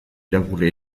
irakurri